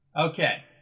Okay